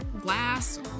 glass